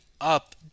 up